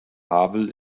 havel